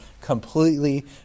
completely